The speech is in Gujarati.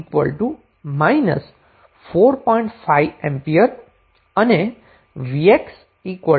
5 A અને vx 3 i 7